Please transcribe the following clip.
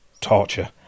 torture